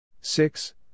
six